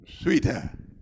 sweeter